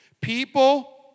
People